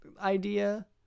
idea